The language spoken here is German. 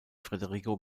federico